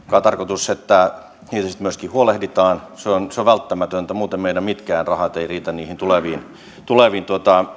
tarkoitus että ihmisistä myöskin huolehditaan se on se on välttämätöntä muuten meidän mitkään rahat eivät riitä niihin tuleviin tuleviin